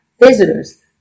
visitors